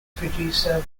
producer